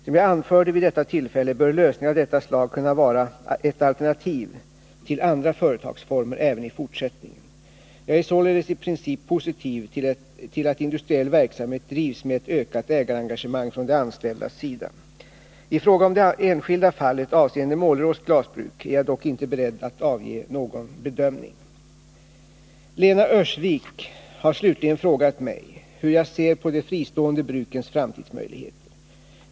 Som jag anförde vid detta tillfälle bör lösningar av detta slag kunna vara ett alternativ till andra företagsformer även i fortsättningen. Jag är således i princip positiv till att industriell verksamhet drivs med ett ökat ägarengagemang från de anställdas sida. I fråga om det enskilda fallet avseende Målerås glasbruk är jag dock inte beredd att avge någon bedömning. Lena Öhrsvik har slutligen frågat mig hur jag ser på de fristående brukens framtidsmöjligheter.